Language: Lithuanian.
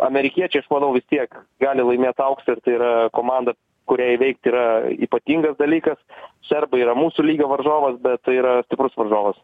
amerikiečiai aš manau vis tiek gali laimėt auksą ir tai yra komanda kurią įveikt yra ypatingas dalykas serbai yra mūsų lygio varžovas bet tai yra stiprus varžovas